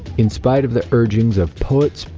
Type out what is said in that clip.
in spite of the urgings of poets,